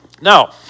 Now